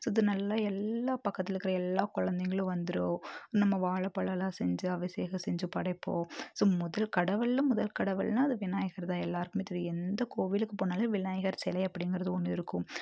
so இது நல்லா எல்லா பக்கத்தில் இருக்கிற எல்லா குழந்தைங்களும் வந்துரும் நம்ம வாழைப்பழலாம் செஞ்சு அபிஷேகம் செஞ்சு படைப்போம் ஸோ முதல் கடவுளில் முதல் கடவுள்னா அது விநாயகர் தான் எல்லாருக்கும் தெரியும் எந்த கோவிலுக்கு போனாலே விநாயகர் சிலை அப்படிங்குறது ஒன்று இருக்கும்